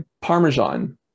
parmesan